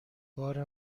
بار